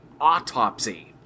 Autopsy